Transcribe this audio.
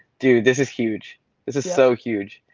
dude, this is huge. this is so huge.